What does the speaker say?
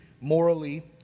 morally